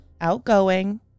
outgoing